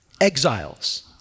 exiles